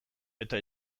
eta